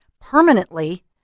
permanently